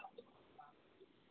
तद्